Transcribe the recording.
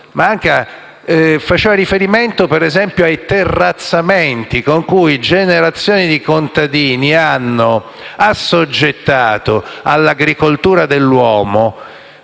manca, faceva riferimento, per esempio, ai terrazzamenti con cui generazioni di contadini hanno assoggettato all'agricoltura dell'uomo